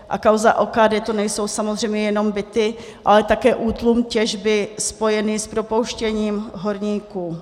A kauza OKD nejsou samozřejmě jenom byty, ale také útlum těžby spojený s propouštěním horníků.